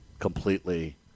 completely